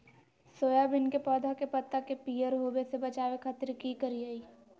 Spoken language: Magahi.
सोयाबीन के पौधा के पत्ता के पियर होबे से बचावे खातिर की करिअई?